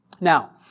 Now